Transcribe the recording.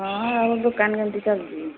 ହଁ ଆଉ ଦୋକାନ କେମିତି ଚାଲିଛି